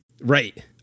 right